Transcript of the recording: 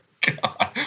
God